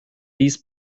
dies